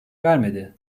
vermedi